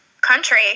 country